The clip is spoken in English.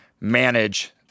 manage